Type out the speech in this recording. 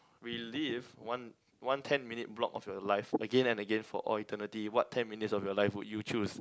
relive one one ten minute block of your life again and again for all eternity what ten minutes of your life would you choose